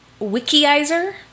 Wikiizer